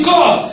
God